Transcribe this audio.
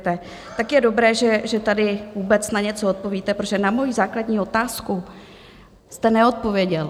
Tak je dobré, že tady vůbec na něco odpovíte, protože na moji základní otázku jste neodpověděl.